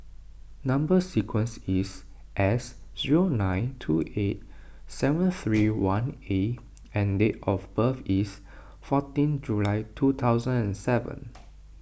Number Sequence is S zero nine two eight seven three one A and date of birth is fourteen July two thousand and seven